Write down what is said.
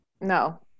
no